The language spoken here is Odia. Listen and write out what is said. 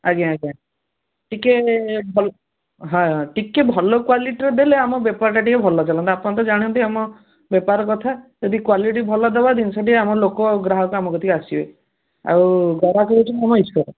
ଆଜ୍ଞା ଆଜ୍ଞା ଟିକେ ହଁ ହଁ ଟିକିଏ ଭଲ କ୍ୱାଲିଟର ଦେଲେ ଆମ ବେପାରଟା ଟିକିଏ ଭଲ ଚାଲନ୍ତା ଆପଣ ତ ଜାଣନ୍ତି ଆମ ବେପାର କଥା ଯଦି କ୍ୱାଲିଟି ଭଲ ଦେବା ଜିନଷଟି ଆମ ଲୋକ ଆଉ ଗ୍ରାହକ ଆମ କତିକି ଆସିବେ ଆଉ ଗରାଖ ହେଉଛନ୍ତି ଆମର ଈଶ୍ୱର